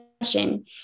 question